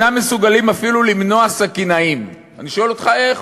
אינם מסוגלים למנוע אפילו סכינאים?" אני שואל אותך: איך?